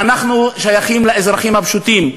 ואנחנו שייכים לאזרחים הפשוטים,